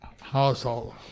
household